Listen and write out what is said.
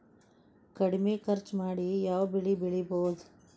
ಕಡಮಿ ಖರ್ಚ ಮಾಡಿ ಯಾವ್ ಬೆಳಿ ಬೆಳಿಬೋದ್?